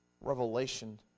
revelation